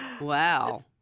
Wow